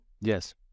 Yes